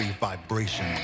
vibration